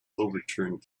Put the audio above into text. overturned